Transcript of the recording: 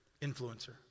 influencer